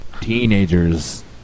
teenagers